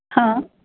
हां